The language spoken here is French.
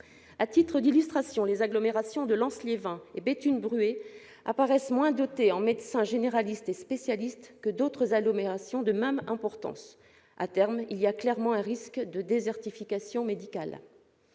À titre d'illustration, les agglomérations de Lens-Liévin et de Béthune-Bruay apparaissent moins dotées en médecins généralistes et spécialistes que d'autres agglomérations de même importance. À terme, il existe clairement un risque de désertification médicale.